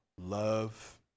love